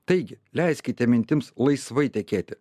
taigi leiskite mintims laisvai tekėti